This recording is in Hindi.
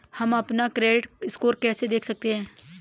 हम अपना क्रेडिट स्कोर कैसे देख सकते हैं?